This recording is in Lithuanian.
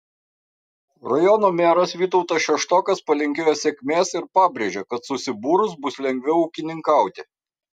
rajono meras vytautas šeštokas palinkėjo sėkmės ir pabrėžė kad susibūrus bus lengviau ūkininkauti